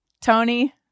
Tony